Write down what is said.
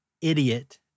idiot